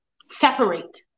separate